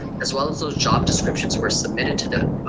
as well as those job descriptions were submitted to the